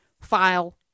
file